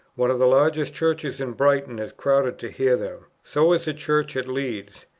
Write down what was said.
one of the largest churches in brighton is crowded to hear them so is the church at leeds.